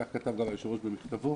כך כתב גם היושב-ראש במכתבו,